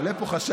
עולה פה חשש